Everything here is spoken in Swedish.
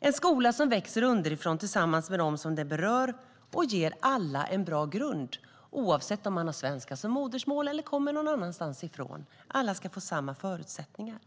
Det är en skola som växer underifrån tillsammans med dem som det berör och ger alla en bra grund oavsett om de har svenska som modersmål eller kommer någon annanstans ifrån. Alla ska få samma förutsättningar.